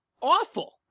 Awful